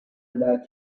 about